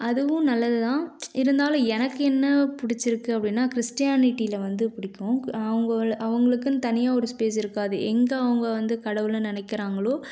அதுவும் நல்லது தான் இருந்தாலும் எனக்கு என்ன பிடிச்சிருக்கு அப்படின்னா கிறிஸ்டியானிட்டியில வந்து பிடிக்கும் அவங்க அவங்களுக்குனு தனியாக ஸ்பேஸ் இருக்காது எங்கே அவங்க வந்து கடவுளை நினைக்கிறாங்களோ